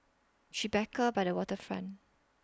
Tribeca By The Waterfront